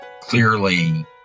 clearly